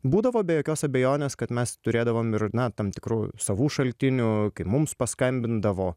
būdavo be jokios abejonės kad mes turėdavom ir na tam tikrų savų šaltinių kai mums paskambindavo